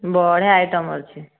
ବଢ଼ିଆ ଆଇଟମ ଅଛି